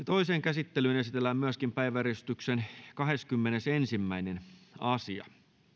toiseen käsittelyyn esitellään päiväjärjestyksen kahdeskymmenesensimmäinen asia